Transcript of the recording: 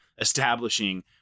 establishing